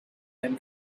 then